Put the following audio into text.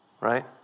right